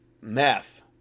meth